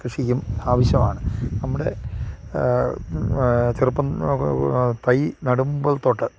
കൃഷിക്കും ആവശ്യമാണ് നമ്മുടെ ചെറുപ്പം തൈ നടുമ്പോൾ തൊട്ട്